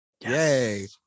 Yay